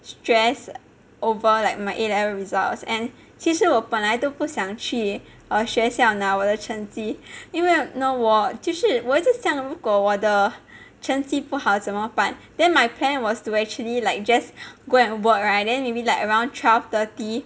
stress over like my A level results and 其实我本来都不想去学校拿我的成绩因为我就是我一直想如果我的成绩不好怎么办 then my plan was to actually like just go and work [right] then maybe like around twelve thirty